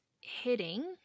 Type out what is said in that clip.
hitting